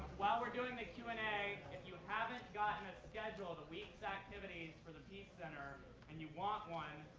while we're doing the q and a, if you haven't gotten a schedule of the week's activities for the peace center and you want one,